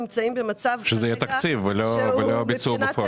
שזה יהיה תקציב ולא ביצוע בפועל.